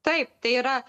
taip tai yra